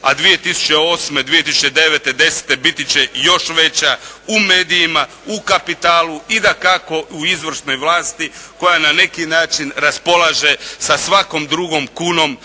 a 2008., 2009. i 2010. biti će još veća u medijima, u kapitalu i dakako u izvršnoj vlasti koja na neki način raspolaže sa svakom drugom kunom